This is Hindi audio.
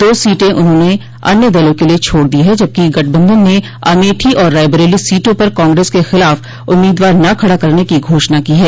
दो सीटें उन्होंने अन्य दलों के लिए छोड़ दो हैं जबकि गठबंधन ने अमेठी और रायबरेली सीटों पर कांग्रेस के खिलाफ उम्मोदवार न खड़ा करने की घोषणा की है